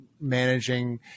managing